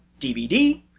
DVD